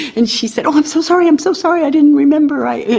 and she said oh i'm so sorry, i'm so sorry, i didn't remember. i